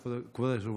כבוד היושב-ראש,